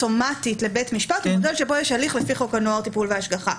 אוטומטית לבית משפט הוא מודל שבו יש הליך לפי חוק הנוער (טיפול והשגחה).